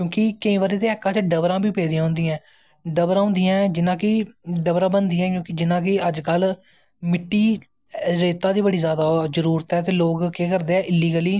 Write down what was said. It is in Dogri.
क्योंकि केंई बारी ऐका च डवरां बी पेदियां होंदियां नै डवरां होंदियां नै जियां कि डबरां बनदियां क्योंकि अज्ज कल मिट्टी रेता दी ब़ड़ी जादा जरूरत ऐ ते लोग केह् करदे ऐ इललिगली